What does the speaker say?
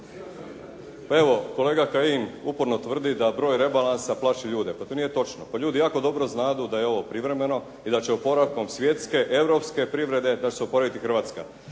Pa evo, kolega Kajin uporno tvrdi da broj rebalansa plaši ljude. Pa to nije točno. Pa ljudi jako dobro znadu da je ovo privremeno i da će oporavkom svjetske, europske privrede, da će se oporaviti Hrvatska.